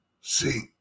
See